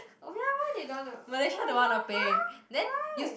oh ya why they don't wanna oh-my-god !huh! why